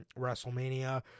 WrestleMania